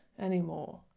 anymore